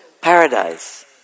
Paradise